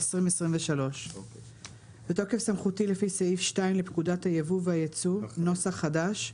התשפ"ג- 2023 בתוקף סמכותי לפי סעיף 2 לפקודת היבוא והיצוא [נוסח חדש],